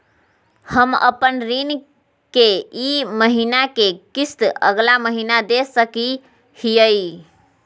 हम अपन ऋण के ई महीना के किस्त अगला महीना दे सकी हियई?